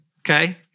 Okay